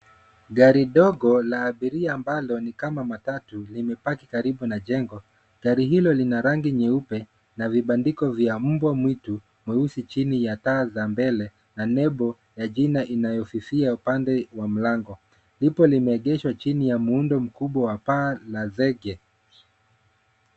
Gari ndogo la abiria ambalo ni kama matatu limepaki karibu na jengo. Gari hilo lina rangi nyeupe na vibandiko vya mbwa mwitu mweusi chini ya taa za mbele na nembo ya jina inyofifia upande wa mlango. Lipo limeegeshwa chini ya muundo mkubwa wa paa la zege.